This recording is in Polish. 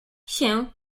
się